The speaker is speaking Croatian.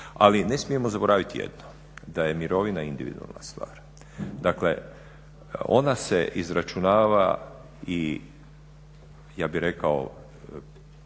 Ali ne smijemo zaboraviti jedno da je mirovina individualna stvar. Dakle, ona se izračunava i ja bih rekao